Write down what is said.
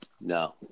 No